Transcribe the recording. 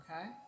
okay